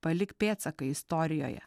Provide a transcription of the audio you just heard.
palik pėdsaką istorijoje